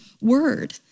word